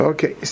Okay